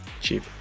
cheap